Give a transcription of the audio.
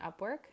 Upwork